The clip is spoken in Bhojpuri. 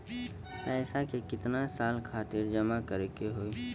पैसा के कितना साल खातिर जमा करे के होइ?